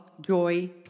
joy